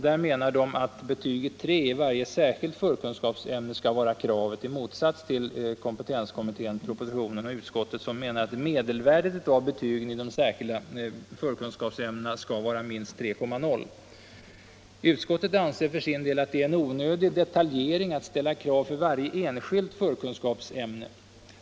Där menar de att betyget 3 i varje särskilt förkunskapsämne skall vara kravet i motsats till kompetenskommittén, propositionen och utskottet som menar att medelvärdet av betygen i de särskilda förkunskapsämnena skall vara minst 3,0. Utskottet anser för sin del att det är en onödig detaljering att ställa krav för varje enskilt förkunskapsämne.